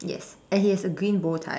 and he has a green bow tie